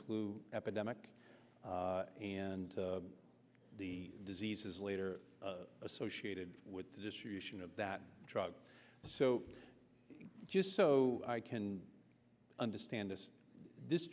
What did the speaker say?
flu epidemic and the diseases later associated with the distribution of that drug so just so i can understand this this